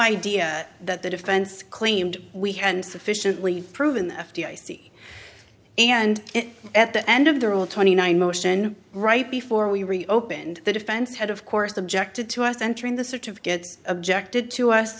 idea that the defense claimed we hadn't sufficiently proven the f d i c and at the end of the rule twenty nine motion right before we reopened the defense had of course objected to us entering the certificates objected to us